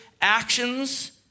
actions